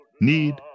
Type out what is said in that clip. need